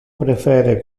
prefere